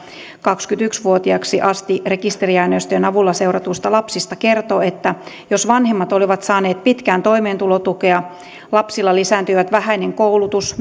kaksikymmentäyksi vuotiaaksi asti rekisteriaineistojen avulla seuratuista lapsista kertoo että jos vanhemmat olivat saaneet pitkään toimeentulotukea lapsilla lisääntyivät vähäinen koulutus